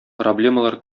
проблемалар